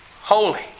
Holy